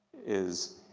is